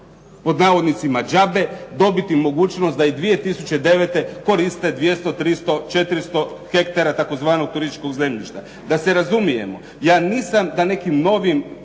će gratis "đabe" dobiti mogućnost da i 2009. koriste 200, 300, 400 hektara tzv. turističkog zemljišta. Da se razumijemo, ja nisam na nekim novim